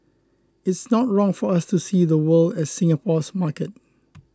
it's not wrong for us to see the world as Singapore's market